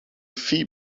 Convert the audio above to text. phi